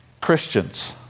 Christians